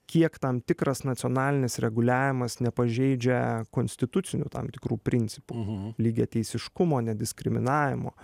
kiek tam tikras nacionalinis reguliavimas nepažeidžia konstitucinių tam tikrų principų lygiateisiškumo nediskriminavimo